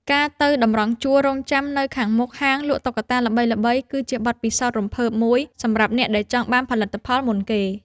ការទៅតម្រង់ជួររង់ចាំនៅខាងមុខហាងលក់តុក្កតាល្បីៗ គឺជាបទពិសោធន៍ដ៏រំភើបមួយសម្រាប់អ្នកដែលចង់បានផលិតផលមុនគេ។